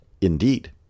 Indeed